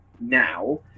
now